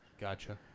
Gotcha